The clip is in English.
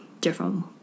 different